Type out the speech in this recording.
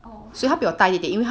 oh okay